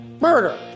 murder